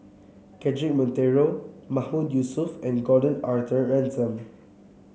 Cedric Monteiro Mahmood Yusof and Gordon Arthur Ransome